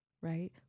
right